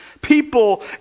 People